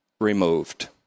removed